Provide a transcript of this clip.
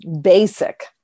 basic